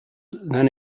than